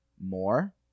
more